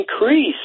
increase